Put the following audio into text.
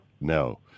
no